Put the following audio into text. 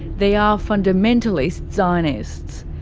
they are fundamentalist zionists.